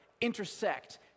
intersect